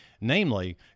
Namely